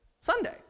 Sunday